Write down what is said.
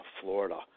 Florida